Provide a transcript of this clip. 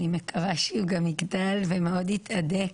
אני מקווה שהוא גם יגדל ומאוד יתהדק,